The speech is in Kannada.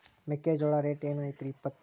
ಮೆಕ್ಕಿಜೋಳ ರೇಟ್ ಏನ್ ಐತ್ರೇ ಇಪ್ಪತ್ತು?